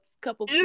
couple